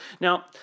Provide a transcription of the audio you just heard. Now